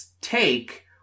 take